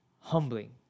Humbling